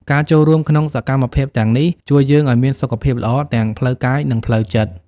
ការចូលរួមក្នុងសកម្មភាពទាំងនេះ ជួយយើងឲ្យមានសុខភាពល្អទាំងផ្លូវកាយ និងផ្លូវចិត្ត។